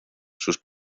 sus